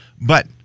But-